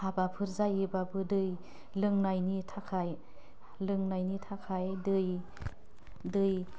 हाबाफोर जायोबाबो दै लोंनायनि थाखाय लोंनायनि थाखाय दै दै